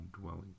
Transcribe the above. dwelling